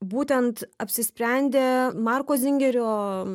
būtent apsisprendė marko zingerio